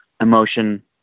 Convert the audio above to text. emotion